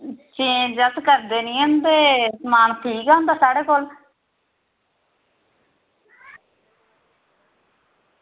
change अस करदे निं हैन ते समान ठीक ई होंदा साढ़े कोल